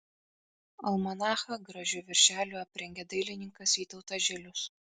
almanachą gražiu viršeliu aprengė dailininkas vytautas žilius